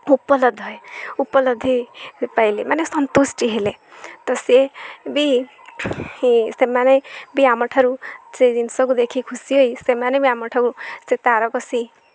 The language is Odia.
ଉପଲବ୍ଧ ହଏ ଉପଲବ୍ଧି ପାଇଲେ ମାନେ ସନ୍ତୁଷ୍ଟି ହେଲେ ତ ସେ ବି ସେମାନେ ବି ଆମଠାରୁ ସେ ଜିନିଷକୁ ଦେଖି ଖୁସି ହୋଇ ସେମାନେ ବି ଆମଠାରୁ ସେ ତାରକସୀ